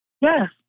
Yes